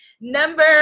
number